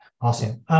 Awesome